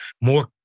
more